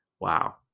Wow